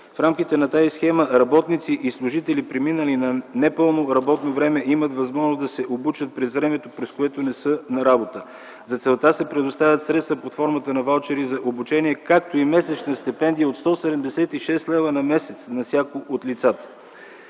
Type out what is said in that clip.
В рамките на тази схема работници и служители, преминали на непълно работно време, имат възможност да се обучат през времето, през което не са на работа. За целта се предоставят средства под формата на ваучери за обучение, както и месечна стипендия от 176 лв. на месец на всяко от лицата.